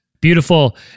Beautiful